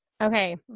Okay